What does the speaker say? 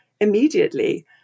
immediately